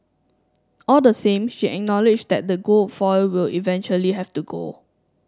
all the same she acknowledged that the gold foil will eventually have to go